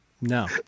No